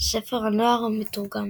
ספר הנוער המתורגם.